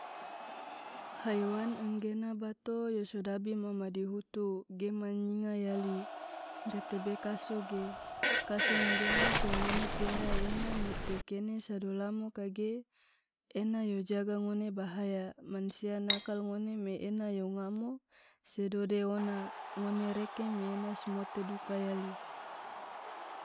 haiwan anggena bato yo sodabi ma madihutu ge ma nyinga yali, gatebe kaso ge, kaso nggena se ngone piara ena mote kene sado lamo kage ena yo jaga ngone bahaya, mansia nakal ngone me ena yo ngamo se dode ona, ngone reke me ena smote duka yali.